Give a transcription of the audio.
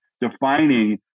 defining